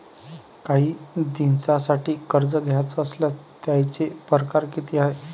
कायी दिसांसाठी कर्ज घ्याचं असल्यास त्यायचे परकार किती हाय?